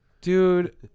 dude